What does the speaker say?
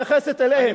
כך מתייחסת אליהם.